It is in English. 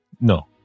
No